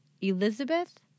Elizabeth